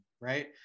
right